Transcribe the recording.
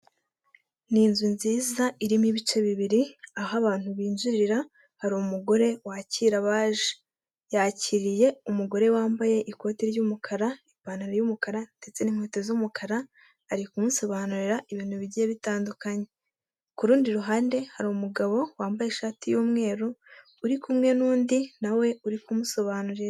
Ni inzu nziza irimo ibice bibiri, aho abantu binjirira hari umugore wakira abaje. Yakiriye umugore wambaye ikoti ry'umukara, ipantaro' yumukara, ndetse n'inkweto z'umukara, ari kumusobanurira ibintu bigiye bitandukanye. Ku rundi ruhande hari umugabo wambaye ishati y'umweru uri kumwe n'undi nawe uri kumusobanurira.